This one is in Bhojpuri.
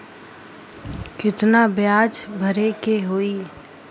कितना ब्याज भरे के होई?